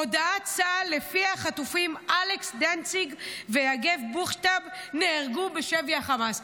הודעת צה"ל שלפיה החטופים אלכס דנציג ויגב בוכשטב נהרגו בשבי החמאס,